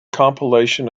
compilation